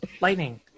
lightning